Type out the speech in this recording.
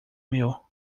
meu